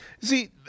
See